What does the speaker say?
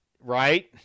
Right